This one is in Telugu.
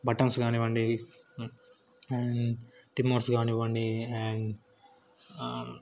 బటన్స్ కానివ్వండి అండ్ రిమోట్స్ కానివ్వండి అండ్